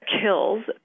kills